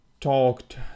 talked